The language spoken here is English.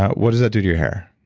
what does that do to your hair?